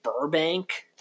Burbank